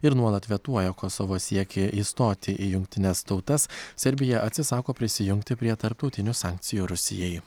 ir nuolat vetuoja kosovo siekį įstoti į jungtines tautas serbija atsisako prisijungti prie tarptautinių sankcijų rusijai